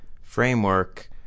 framework